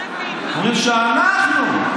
אומרים שאנחנו,